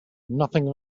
nothing